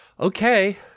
Okay